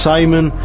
Simon